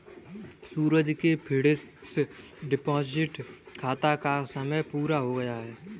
सूरज के fixed deposit खाता का समय पूरा हो गया है